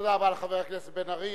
תודה לחבר הכנסת בן-ארי.